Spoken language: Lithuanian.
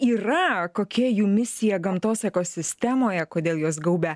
yra kokia jų misija gamtos ekosistemoje kodėl juos gaubia